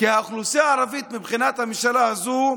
כי האוכלוסייה הערבית, מבחינת הממשלה הזו,